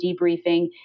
debriefing